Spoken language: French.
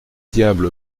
diable